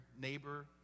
neighbor